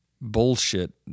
bullshit